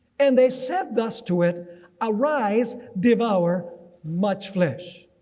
and they said thus to it arise, devour much flesh.